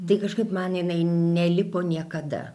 tai kažkaip man jinai nelipo niekada